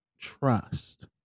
trust